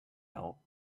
out